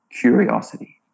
curiosity